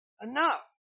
enough